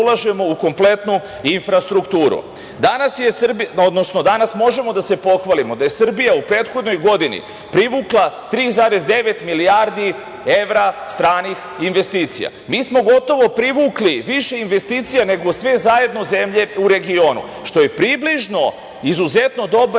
ulažemo u kompletnu infrastrukturu. Danas možemo da se pohvalimo da je Srbija u prethodnoj godini privukla 3,9 milijardi evra stranih investicija. Mi smo gotovo privukli više investicija nego sve zajedno zemlje u regionu, što je približno izuzetno dobar